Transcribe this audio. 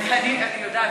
אני יודעת.